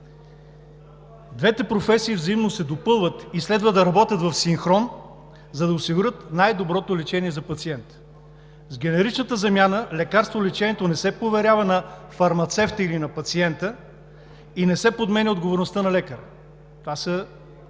Двете професии взаимно се допълват и следва да работят в синхрон, за да осигурят най-доброто лечение за пациента. С генеричната замяна лекарстволечението не се поверява на фармацевта или на пациента и не се подменя отговорността на лекаря – това са